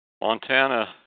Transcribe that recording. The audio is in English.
Montana